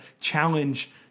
challenge